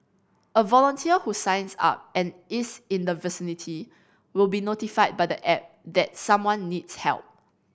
a volunteer who signs up and is in the vicinity will be notified by the app that someone needs help